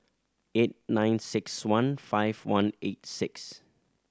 eight nine six one five one eight six